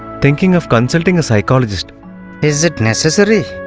thinking of meeting a psychologist is that necessary?